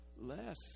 Less